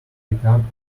become